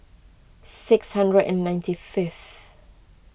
six hundred and ninety fifth